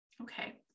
Okay